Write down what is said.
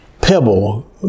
pebble